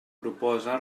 proposa